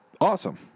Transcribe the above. awesome